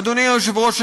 אדוני היושב-ראש,